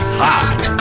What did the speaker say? hot